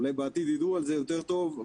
אולי בעתיד ידעו על זה יותר טוב.